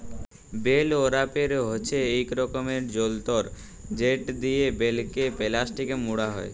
bell wrapper হছে ইক রকমের যল্তর যেট লিয়ে বেলকে পেলাস্টিকে মুড়া হ্যয়